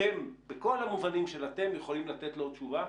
אתם יכולים לתת תשובה?